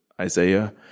Isaiah